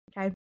okay